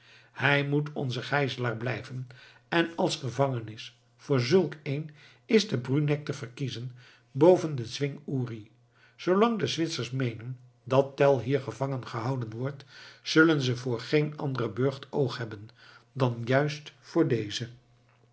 hij moet onze gijzelaar blijven en als gevangenis voor zulk een is de bruneck te verkiezen boven den zwing uri zoolang de zwitsers meenen dat tell hier gevangen gehouden wordt zullen ze voor geen anderen burcht oog hebben dan juist voor dezen